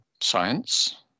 science